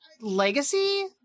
Legacy